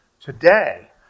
today